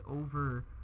over